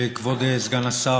כבוד סגן השר,